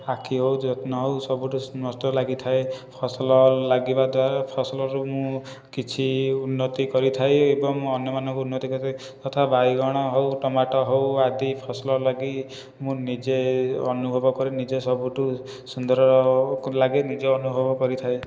ଆଖି ହେଉ ଯତ୍ନ ହେଉ ସବୁଠୁ ନଷ୍ଟ ଲାଗିଥାଏ ଫସଲ ଲାଗିବା ଦ୍ୱାରା ଫସଲରୁ ମୁଁ କିଛି ଉନ୍ନତି କରିଥାଏ ଏବଂ ଅନ୍ୟମାନଙ୍କୁ ଉନ୍ନତି କରିଥାଏ ତଥା ବାଇଗଣ ହେଉ ଟମାଟ ହେଉ ଆଦି ଫସଲ ଲାଗି ମୁଁ ନିଜେ ଅନୁଭବ କରି ନିଜେ ସବୁଠୁ ସୁନ୍ଦର ଲାଗେ ନିଜେ ଅନୁଭବ କରିଥାଏ